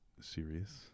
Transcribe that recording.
serious